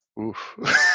Oof